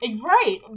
Right